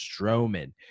Strowman